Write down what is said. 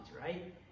right